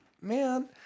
man